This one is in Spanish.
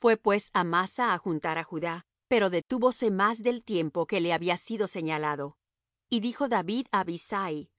fué pues amasa á juntar á judá pero detúvose más del tiempo que le había sido señalado y dijo david á abisai